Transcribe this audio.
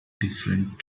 different